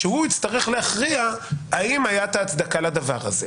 והוא יצטרך להכריע האם הייתה הצדקה לדבר הזה.